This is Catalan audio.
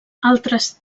altres